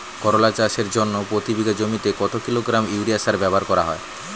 করলা চাষের জন্য প্রতি বিঘা জমিতে কত কিলোগ্রাম ইউরিয়া সার ব্যবহার করা হয়?